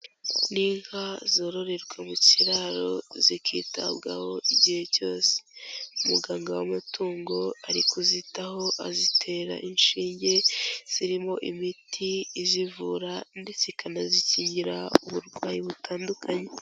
Ni inka zororerwa mu kiraro zikitabwaho igihe cyose, umuganga w'amatungo ari kuzitaho azitera inshinge zirimo imiti izivura ndetse ikanazikingira uburwayi butandukanye.